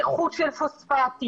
איכות של פוספטים,